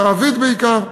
ערבית בעיקר.